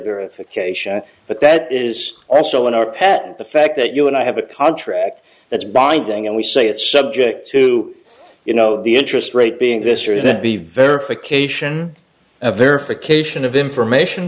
verification but that is also in our patent the fact that you and i have a contract that's binding and we say it's subject to you know the interest rate being this or that be verification of verification of information